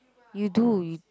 you do you